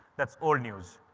that's old news.